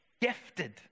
gifted